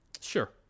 Sure